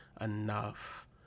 enough